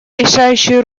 решающую